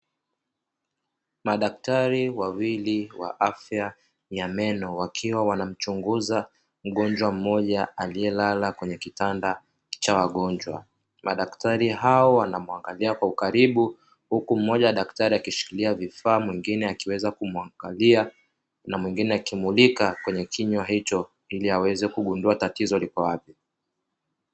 Madaktari wawili wa afya ya meno, wakiwa wanamchunguza mgonjwa mmoja aliyelala kwenye kitanda cha wagonjwa. Madaktari hao wanamuangalia kwa ukaribu, huku mmoja wa daktari akishikiria vifaa, mwingine akiweza kumuangalia na mwingine akimulika kwenye kinywa hicho, ili aweze kugundua tatizo liko wapi.